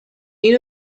این